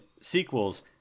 sequels